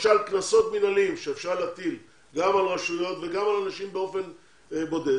למשל קנסות מינהליים שאפשר להטיל גם על רשויות וגם על אנשים באופן בודד.